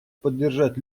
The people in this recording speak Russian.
поддержать